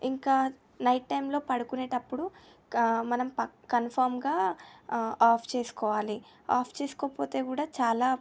ఇంకా నైట్ టైమ్లో పడుకునేటప్పుడు మనం కన్ఫామ్గా ఆఫ్ చేసుకోవాలి ఆఫ్ చేసుకోకపోతే కూడా చాలా